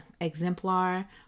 exemplar